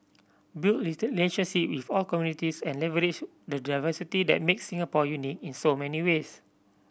build with all communities and leverage the diversity that makes Singapore unique in so many ways